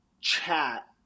chat